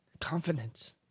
Confidence